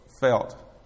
felt